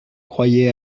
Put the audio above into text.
croyait